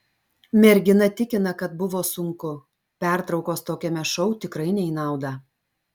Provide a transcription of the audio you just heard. mergina tikina kad buvo sunku pertraukos tokiame šou tikrai ne į naudą